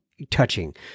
touching